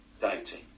doubting